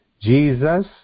Jesus